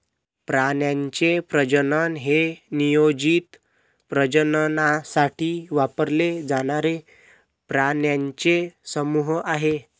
प्राण्यांचे प्रजनन हे नियोजित प्रजननासाठी वापरले जाणारे प्राण्यांचे समूह आहे